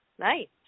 Right